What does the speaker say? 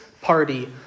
party